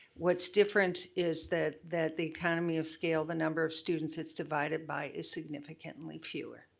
what's different is that that the economy of scale, the number of students it's divided by, is significantly fewer.